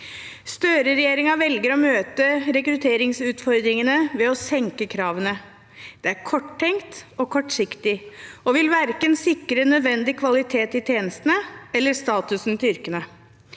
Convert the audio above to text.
Støre-regjeringen velger å møte rekrutteringsutfordringene ved å senke kravene. Det er korttenkt og kortsiktig og vil verken sikre nødvendig kvalitet i tjenestene eller statusen til yrkene.